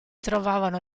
trovavano